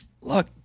look